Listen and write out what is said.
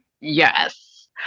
Yes